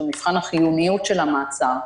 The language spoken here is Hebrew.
שהוא מבחן החיוניות של המעצר,